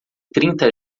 trinta